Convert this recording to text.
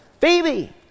Phoebe